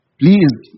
please